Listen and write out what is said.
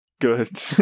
Good